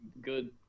good